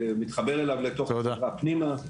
מתחבר אליו לתוך החברה פנימה,